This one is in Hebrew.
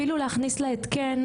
אפילו להכניס לה התקן,